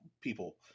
people